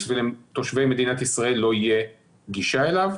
ולתושבי מדינת ישראל לא תהיה גישה אליו.